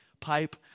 pipe